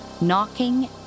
knocking